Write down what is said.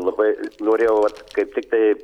labai norėjau va kaip tiktai